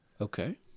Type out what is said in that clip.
Okay